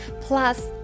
Plus